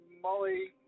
Molly